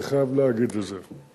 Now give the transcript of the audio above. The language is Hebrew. אני חייב להגיד את זה.